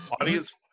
audience